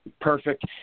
Perfect